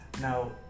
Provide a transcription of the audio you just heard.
Now